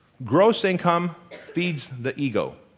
gross income feeds the ego.